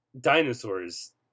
dinosaurs